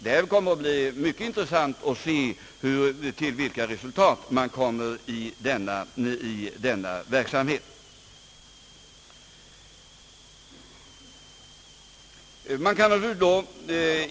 Det skall bli mycket intressant att se vilka resultat man kommer till i denna verksamhet.